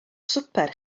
swper